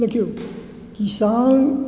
देखिऔ किसान